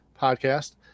podcast